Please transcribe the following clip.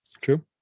True